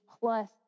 plus